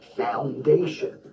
foundation